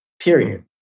period